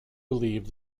believed